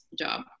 job